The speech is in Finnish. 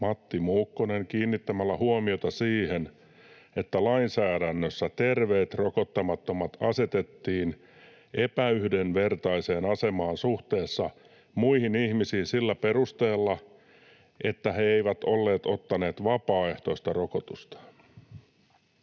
Matti Muukkonen kiinnittämällä huomiota siihen, että lainsäädännössä terveet rokottamattomat asetettiin epäyhdenvertaiseen asemaan suhteessa muihin ihmisiin sillä perusteella, että he eivät olleet ottaneet vapaaehtoista rokotusta.